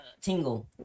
tingle